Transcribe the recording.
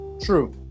True